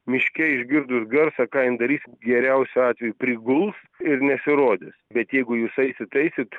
miške išgirdus garsą ką jin darys geriausiu atveju priguls ir nesirodys bet jeigu jūs eisit eisit